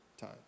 time